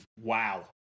Wow